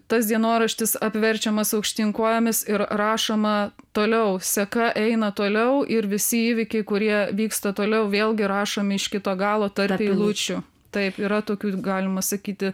tas dienoraštis apverčiamas aukštyn kojomis ir rašoma toliau seka eina toliau ir visi įvykiai kurie vyksta toliau vėlgi rašomi iš kito galo tarp eilučių taip yra tokių galima sakyti